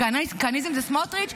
כהניזם זה סמוטריץ'?